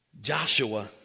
Joshua